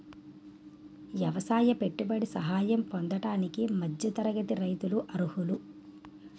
ఎవసాయ పెట్టుబడి సహాయం పొందడానికి మధ్య తరగతి రైతులు అర్హులు